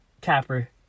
Capper